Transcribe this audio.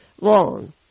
long